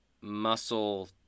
muscle